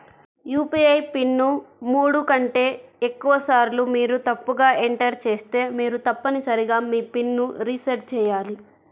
UPI pin ను మూడు కంటే ఎక్కువసార్లు మీరు తప్పుగా ఎంటర్ చేస్తే మీరు తప్పనిసరిగా మీ పిన్ ను రీసెట్ చేయాలి